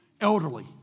Elderly